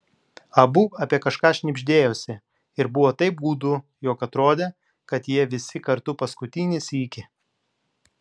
abu apie kažką šnibždėjosi ir buvo taip gūdu jog atrodė kad jie visi kartu paskutinį sykį